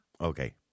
Okay